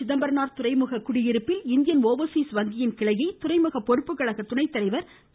சிதம்பரனார் துறைமுக குடியிருப்பில் Indian Overseas வங்கியின் கிளையை துறைமுக பொறுப்புக்கழக துணை தலைவர் திரு